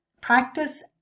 practice